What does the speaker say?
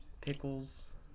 pickles